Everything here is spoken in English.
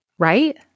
Right